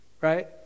Right